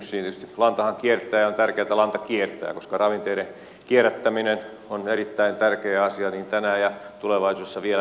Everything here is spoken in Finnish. tietysti lantahan kiertää ja on tärkeää että lanta kiertää koska ravinteiden kierrättäminen on erittäin tärkeä asia tänään ja tulevaisuudessa vielä tärkeämpikin